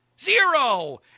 Zero